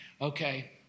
Okay